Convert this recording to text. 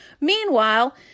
Meanwhile